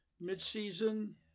Mid-season